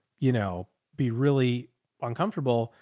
you know, be really uncomfortable.